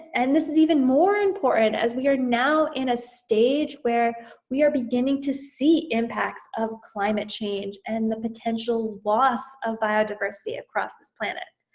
and this is even more important, as we are now in a stage where we are beginning to see impacts of climate change, and the potential loss of biodiversity across this planet.